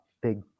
big